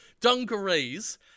dungarees